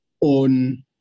on